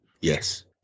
Yes